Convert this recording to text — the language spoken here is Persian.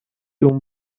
اون